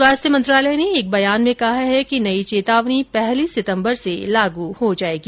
स्वास्थ्य मंत्रालय ने एक बयान में कहा है कि नई चेतावनी पहली सितम्बर से लागू हो जाएगी